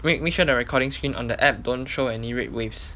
make make sure the recording screen on the app don't show any red waves